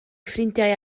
ffrindiau